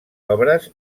obres